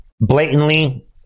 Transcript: blatantly